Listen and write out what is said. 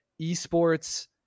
esports